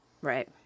Right